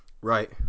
Right